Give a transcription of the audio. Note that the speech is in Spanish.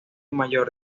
mayor